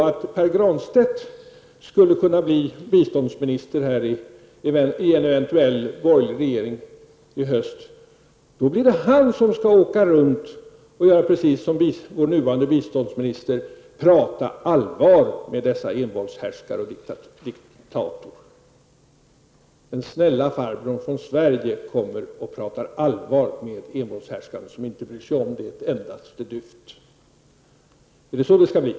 Om Pär Granstedt blir biståndsminister i en eventuell borgerlig regering i höst, då blir det han som skall åka runt och göra precis som den nuvarande biståndsministern gör, tala allvar med envåldshärskare och diktatorer. Den snälle farbrorn från Sverige kommer och talar allvar med envåldshärskare, som inte bryr sig ett endaste dyft om vad han säger. Är det så det skall bli?